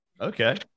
Okay